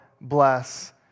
bless